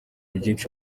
byinshi